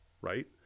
right